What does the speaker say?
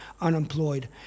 unemployed